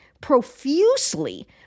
profusely